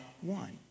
one